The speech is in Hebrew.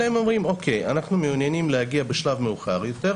אלא הם אומרים שהם מעוניינים להגיע בשלב מאוחר יותר,